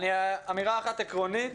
אמירה אחת עקרונית